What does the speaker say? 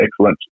excellent